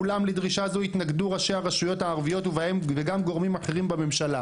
אולם לדרישה זו התנגדו ראשי הרשויות הערביות וגם גורמים אחרים בממשלה",